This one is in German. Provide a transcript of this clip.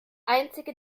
einzige